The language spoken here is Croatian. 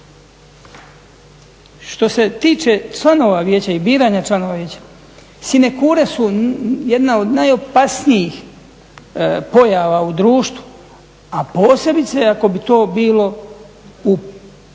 Što se tiče članova vijeća i biranja članova Vijeća sinekure su jedna od najopasnijih pojava u društvu, a posebice ako bi to bilo za članove